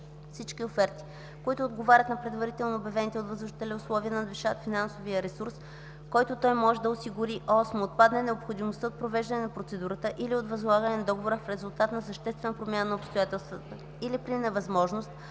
всички оферти, които отговарят на предварително обявените от възложителя условия, надвишават финансовия ресурс, който той може да осигури; 8. отпадне необходимостта от провеждане на процедурата или от възлагане на договора в резултат на съществена промяна в обстоятелствата или при невъзможност